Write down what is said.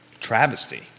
Travesty